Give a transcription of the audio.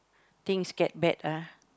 things get bad ah